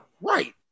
Right